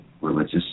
religious